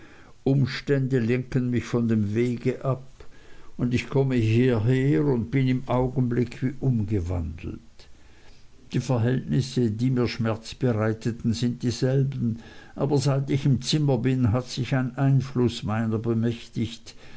umstände lenken mich von dem wege ab und ich komme hierher und bin im augenblick wie umgewandelt die verhältnisse die mir schmerz bereiteten sind dieselben aber seit ich im zimmer bin hat sich ein einfluß meiner bemächtigt